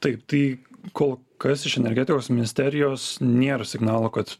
taip tai kol kas iš energetikos ministerijos nėra signalo kad